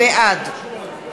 בעד